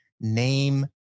Name